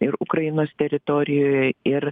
ir ukrainos teritorijoje ir